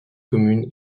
commune